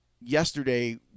yesterday